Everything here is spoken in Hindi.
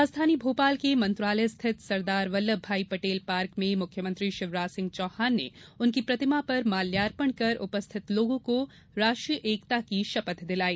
राजधानी भोपाल के मंत्रालय स्थित सरदार वल्लभ भाई पटेल पार्क में मुख्य मंत्री शिवराज सिंह चौहान ने उनकी प्रतिमा पर माल्यार्पण कर उपस्थित लोगों को राष्ट्रीय एकता की शपथ दिलाई